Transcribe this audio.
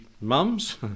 Mums